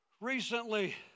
Recently